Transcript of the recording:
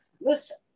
listen